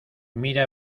mira